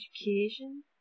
Education